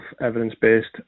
evidence-based